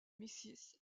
mrs